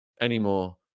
anymore